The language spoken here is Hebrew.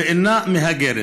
ואינה מהגרת,